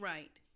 Right